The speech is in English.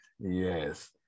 Yes